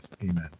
Amen